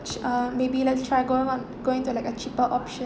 ~ch um maybe let's try going on going to like a cheaper option